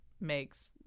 makes